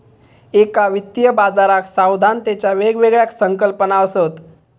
एका वित्तीय बाजाराक सावधानतेच्या वेगवेगळ्या संकल्पना असत